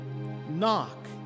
Knock